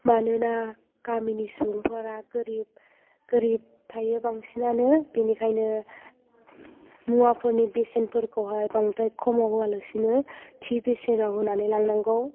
मानोना गामिनि सुबुंफोरा गोरिब थायो बांसिनानो बेनिखायनो मुवाफोरनि बेसेनफोरखौहाय बांद्राय खमाव होआलासिनो थि बेसेनाव होनानै लांनांगौ